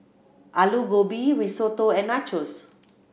Alu Gobi Risotto and Nachos